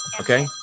okay